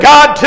God